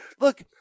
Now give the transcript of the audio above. Look